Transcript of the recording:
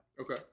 Okay